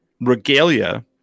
regalia